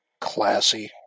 Classy